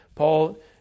Paul